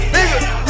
Nigga